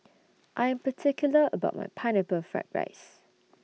I Am particular about My Pineapple Fried Rice